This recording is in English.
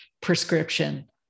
prescription